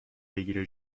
بگیره